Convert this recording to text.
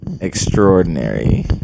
Extraordinary